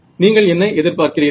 நீங்கள் என்ன எதிர்பார்க்கிறீர்கள்